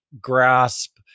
grasp